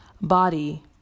Body